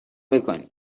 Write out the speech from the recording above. بکنی